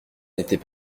n’était